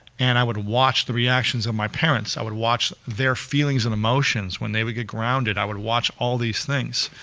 and i would watch the reactions of my parents, i would watch their feeling and emotions. when they would get grounded, i would watch all these things.